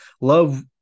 Love